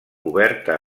oberta